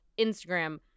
Instagram